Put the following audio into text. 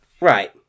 Right